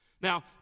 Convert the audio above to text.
Now